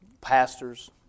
pastors